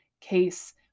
case